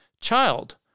Child